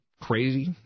crazy